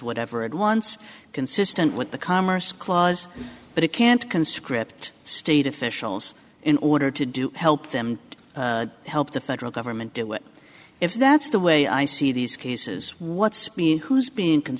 whatever it wants consistent with the commerce clause but it can't conscript state officials in order to do help them to help the federal government do it if that's the way i see these cases what's being who's being